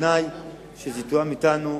בתנאי שזה יתואם אתנו,